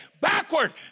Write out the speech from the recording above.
backward